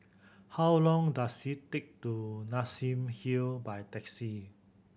how long does it take to get to Nassim Hill by taxi